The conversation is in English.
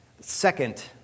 Second